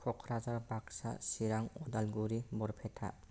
Kokrajhar Baksa Chirang Udalguri Barpeta